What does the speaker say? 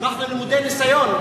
אנחנו למודי ניסיון.